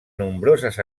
nombroses